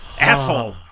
Asshole